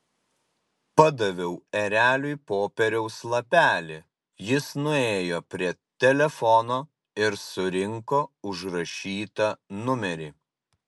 padaviau ereliui popieriaus lapelį jis nuėjo prie telefono ir surinko užrašytą numerį